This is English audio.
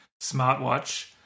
smartwatch